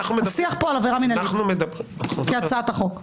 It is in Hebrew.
השיח פה הוא על עבירה מנהלית כהצעת החוק.